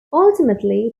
ultimately